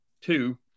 two